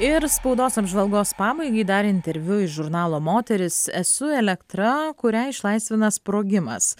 ir spaudos apžvalgos pabaigai dar interviu iš žurnalo moteris esu elektra kurią išlaisvina sprogimas